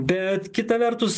bet kita vertus